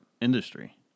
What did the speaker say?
industry